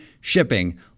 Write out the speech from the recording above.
shipping